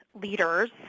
Leaders